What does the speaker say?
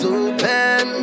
open